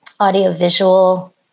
audiovisual